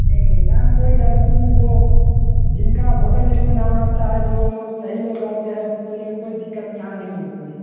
नहीं नहीं यहाँ कोई डर नहीं है जो जिनका वोटर लिस्ट में नाम रहता है जो सही लोग रहते हैं उनको लिए कोई दिक्कत यहाँ नहीं होती है